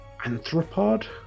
anthropod